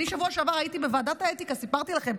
אני בשבוע שעבר הייתי בוועדת האתיקה, סיפרתי לכם.